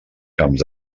camps